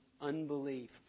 unbelief